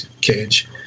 cage